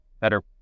better